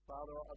Father